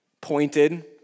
pointed